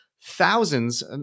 thousands